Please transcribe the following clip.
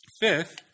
Fifth